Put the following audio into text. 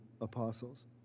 apostles